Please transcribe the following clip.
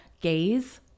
gaze